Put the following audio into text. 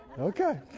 Okay